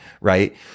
right